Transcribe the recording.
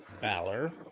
Balor